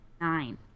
Nine